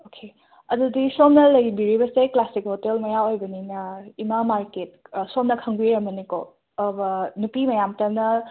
okay ꯑꯗꯨꯗꯤ ꯁꯣꯝꯅ ꯂꯩꯕꯤꯔꯤꯕꯁꯦ ꯀ꯭ꯂꯥꯁꯤꯛ ꯍꯣꯇꯦꯜ ꯃꯌꯥ ꯑꯣꯏꯕꯅꯤꯅ ꯏꯃꯥ ꯃꯥꯔꯀꯦꯠ ꯁꯣꯝꯅ ꯈꯪꯕꯤꯔꯝꯃꯅꯤꯀꯣ ꯅꯨꯄꯤ ꯃꯌꯥꯝꯇꯪꯅ